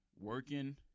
working